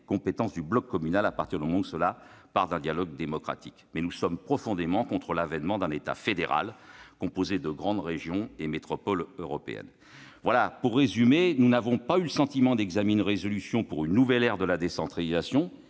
compétences du bloc communal, à partir du moment où cette démarche découle d'un dialogue démocratique. En revanche, nous sommes profondément contre l'avènement d'un État fédéral, composé de grandes régions et de métropoles européennes. Pour résumer, nous n'avons pas eu le sentiment d'examiner une proposition de résolution pour une nouvelle ère de la décentralisation,